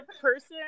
person